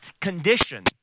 condition